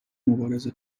مبارزه